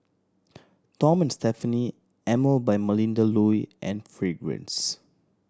Tom and Stephanie Emel by Melinda Looi and Fragrance